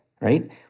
right